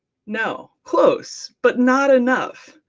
no, close, but not enough.